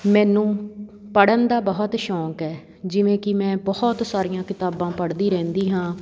ਮੈਨੂੰ ਪੜ੍ਹਨ ਦਾ ਬਹੁਤ ਸ਼ੌਕ ਹੈ ਜਿਵੇਂ ਕਿ ਮੈਂ ਬਹੁਤ ਸਾਰੀਆਂ ਕਿਤਾਬਾਂ ਪੜ੍ਹਦੀ ਰਹਿੰਦੀ ਹਾਂ